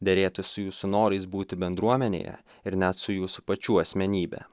derėtų su jūsų norais būti bendruomenėje ir net su jūsų pačių asmenybe